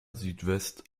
südwest